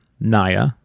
naya